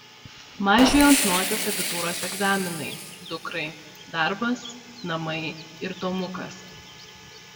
mažiui ant nosies abitūros egzaminai dukrai darbas namai ir tomukas